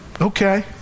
Okay